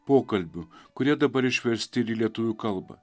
pokalbių kurie dabar išversti ir į lietuvių kalba